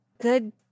good